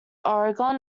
oregon